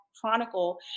chronicle